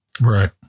Right